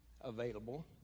available